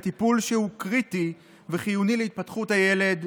בטיפול שהוא קריטי וחיוני להתפתחות הילד,